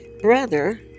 brother